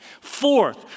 Fourth